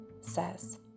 says